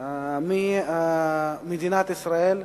ממדינת ישראל,